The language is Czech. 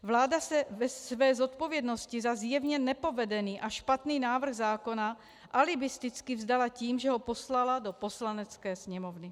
Vláda se své zodpovědnosti za zjevně nepovedený a špatný návrh zákona alibisticky vzdala tím, že ho poslala do Poslanecké sněmovny.